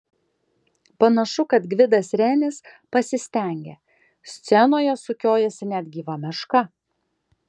panašu kad gvidas renis pasistengė scenoje sukiojasi net gyva meška